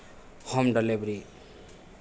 home delivery